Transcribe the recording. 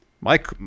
Mike